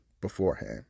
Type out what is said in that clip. beforehand